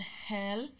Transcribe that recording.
hell